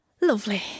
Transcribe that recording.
Lovely